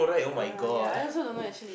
uh ya I also don't know actually